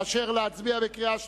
מאשר להצביע בקריאה שלישית?